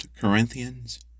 Corinthians